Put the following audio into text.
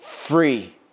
free